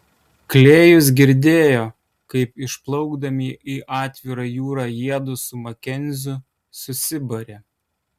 klėjus girdėjo kaip išplaukdami į atvirą jūrą jiedu su makenziu susibarė